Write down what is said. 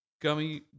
gummy